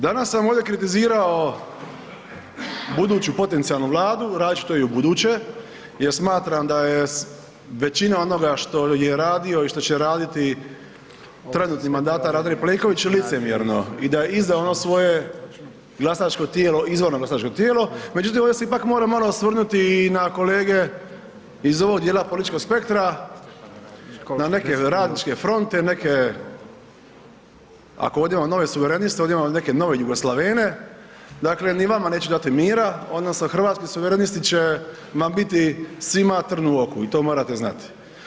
Danas sam ovdje kritizirao buduću potencijalnu Vladu, radit ću to i ubuduće jer smatram da je većina onoga što je radio i što će raditi trenutno mandatar A. Plenković licemjerno i da je izdao ono svoje glasačko tijelo, izvorno glasačko tijelo, međutim ovdje se ipak moram malo osvrnuti i na kolege iz ovog djela političkog spektra, na neke radničke fonte, neke, ako ovdje imamo nove suvereniste, ovdje imamo neke nove Jugoslavene, dakle ni vama neću dati mira, odnosno Hrvatski suverenisti će vam biti svima trn u oku i to morate znati.